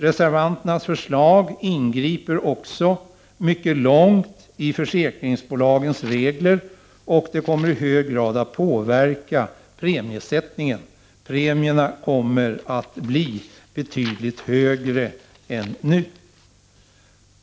Reservanternas förslag ingriper också mycket långt i äkringsbolagens regler, och det kommer i hög grad att påverka premiesättningen. Premierna kommer att bli betydligt högre än nu.